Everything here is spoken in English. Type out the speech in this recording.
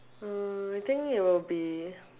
um I think it'll be